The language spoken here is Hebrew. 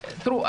תראו,